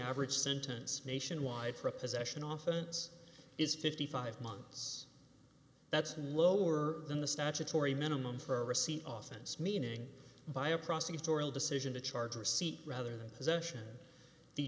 average sentence nationwide for a possession often it's is fifty five months that's not lower than the statutory minimum for a receipt office meaning by a prosecutorial decision to charge a receipt rather than possession the